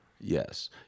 Yes